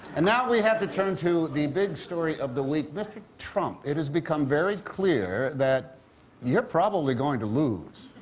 and now we have to turn to the big story of the week. mr. trump, it has become very clear that you're probably going to lose.